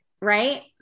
right